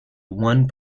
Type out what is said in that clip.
one